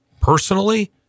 personally